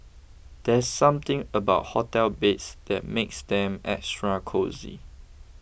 there's something about hotel beds that makes them extra cosy